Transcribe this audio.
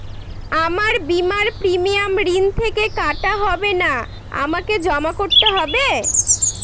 আমার বিমার প্রিমিয়াম ঋণ থেকে কাটা হবে না আমাকে জমা করতে হবে?